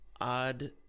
odd